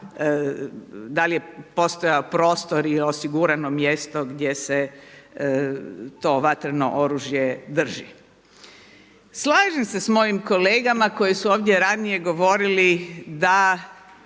da li je postojao prostor i osigurano mjesto gdje se to vatreno oružje drži. Slažem se sa mojim kolegama koji su ovdje ranije govorili da